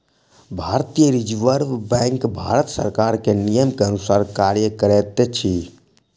भारतीय reserve bank Bharat सरकार के नियम के अनुसार कार्य करैत अछि